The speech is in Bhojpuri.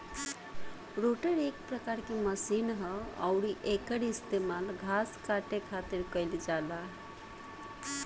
रोटर एक प्रकार के मशीन ह अउरी एकर इस्तेमाल घास काटे खातिर कईल जाला